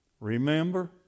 Remember